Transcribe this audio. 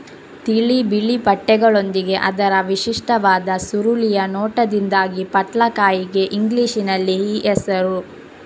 ತಿಳಿ ಬಿಳಿ ಪಟ್ಟೆಗಳೊಂದಿಗೆ ಅದರ ವಿಶಿಷ್ಟವಾದ ಸುರುಳಿಯ ನೋಟದಿಂದಾಗಿ ಪಟ್ಲಕಾಯಿಗೆ ಇಂಗ್ಲಿಷಿನಲ್ಲಿ ಈ ಹೆಸರು